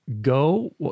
Go